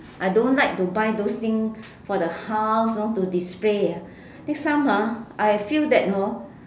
I don't like to buy those thing for the house you know to display next time ah I feel that hor